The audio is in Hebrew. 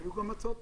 היו גם הצעות פשרה.